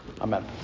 Amen